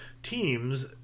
teams